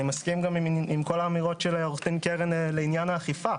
אני מסכים גם עם כל האמירות של עו"ד קרן לעניין האכיפה.